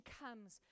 comes